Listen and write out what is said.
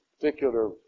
particular